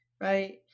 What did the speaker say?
right